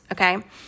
Okay